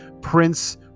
prince